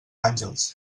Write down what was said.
àngels